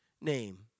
name